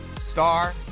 Star